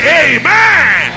amen